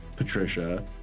Patricia